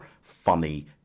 funny